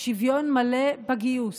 שוויון מלא בגיוס.